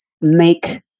make